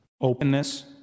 openness